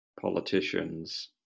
politicians